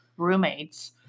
roommates